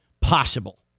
possible